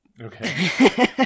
okay